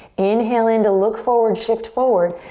inhale in to look forward, shift forward.